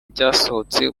byasohotse